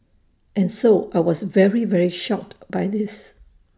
and so I was very very shocked by this